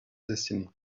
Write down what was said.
destiny